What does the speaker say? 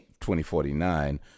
2049